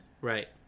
Right